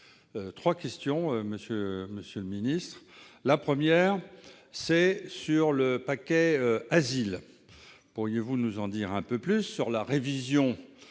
Trois questions, monsieur le ministre. Première question, sur le paquet Asile : pourriez-vous nous en dire un peu plus sur la révision